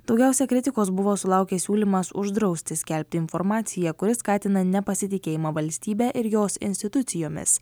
daugiausia kritikos buvo sulaukė siūlymas uždrausti skelbti informaciją kuri skatina nepasitikėjimą valstybe ir jos institucijomis